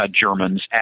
Germans